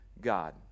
God